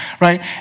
right